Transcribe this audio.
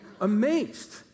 Amazed